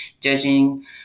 judging